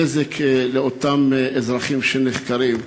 ונזק לאותם אזרחים שנחקרים.